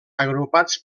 agrupats